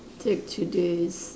take today's